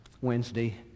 Wednesday